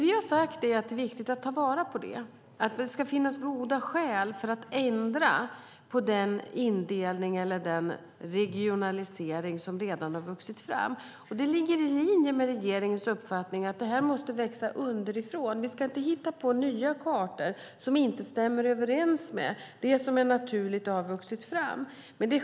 Vi har sagt att det är viktigt att ta vara på det som fungerar. Det ska finnas goda skäl för att ändra den indelning eller den regionalisering som redan vuxit fram. Det ligger i linje med regeringens uppfattning att det måste växa fram underifrån. Vi ska inte hitta på nya kartor som inte stämmer överens med det som vuxit fram naturligt.